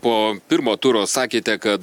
po pirmo turo sakėte kad